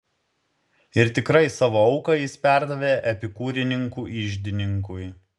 ir tikrai savo auką jis perdavė epikūrininkų iždininkui